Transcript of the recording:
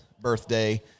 birthday